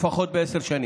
לפחות בעשר שנים.